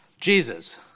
Jesus